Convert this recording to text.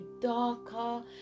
darker